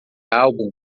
álbum